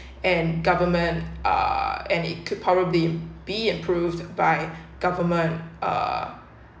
and government are and it could probably be improved by government uh